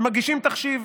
ומגישים תחשיב,